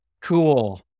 cool